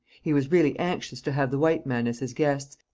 he was really anxious to have the white men as his guests,